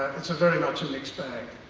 it's a very much an mixed bag,